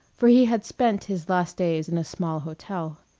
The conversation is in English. for he had spent his last days in a small hotel.